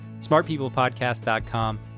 smartpeoplepodcast.com